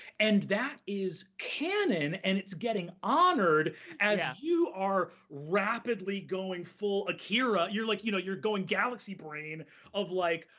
and that is canon, and it's getting honored as yeah you are rapidly going full akira. you're like you know you're going galaxy brain of like,